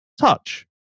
touch